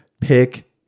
Pick